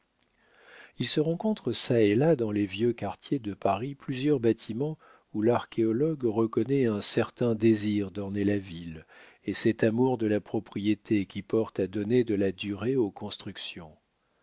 il se rencontre çà et là dans les vieux quartiers de paris plusieurs bâtiments où l'archéologue reconnaît un certain désir d'orner la ville et cet amour de la propriété qui porte à donner de la durée aux constructions